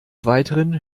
weiteren